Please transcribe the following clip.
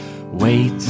wait